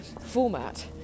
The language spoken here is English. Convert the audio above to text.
format